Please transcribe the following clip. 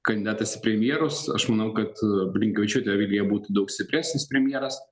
kandidatas į premjerus aš manau kad blinkevičiūtė vilija būtų daug stipresnis premjeras